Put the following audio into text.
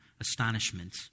astonishment